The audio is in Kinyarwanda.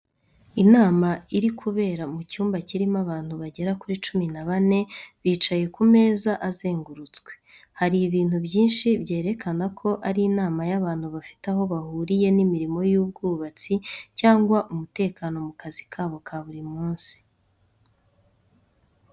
Inama iri kubera mu cyumba kirimo abantu bagera kuri cumi na bane, bicaye ku meza azengurutswe. Hari ibintu byinshi byerekana ko ari inama y’abantu bafite aho bahuriye n’imirimo y’ubwubatsi cyangwa umutekano mu kazi kabo ka buri munsi.